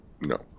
no